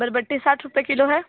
बरबट्टी साठ रुपये किलो है